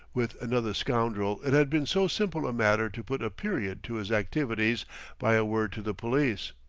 with another scoundrel it had been so simple a matter to put a period to his activities by a word to the police.